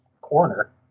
corner